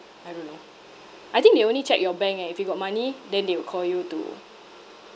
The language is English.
I don't know I think they only check your bank eh if you got money then they will call you to